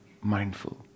mindful